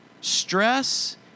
Stress